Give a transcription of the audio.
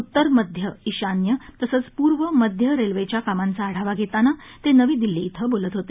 उत्तर मध्य ईशान्य तसंच पूर्व मध्य रेल्वेच्या कामांचा आढावा घेतांना ते नवी दिल्ली इथं बोलत होते